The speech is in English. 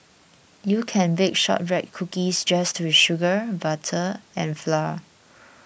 you can bake Shortbread Cookies just with sugar butter and flour